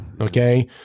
Okay